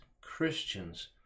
Christians